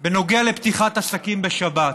בנוגע לפתיחת עסקים בשבת.